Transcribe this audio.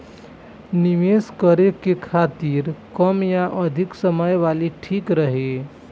निवेश करें के खातिर कम या अधिक समय वाला ठीक रही?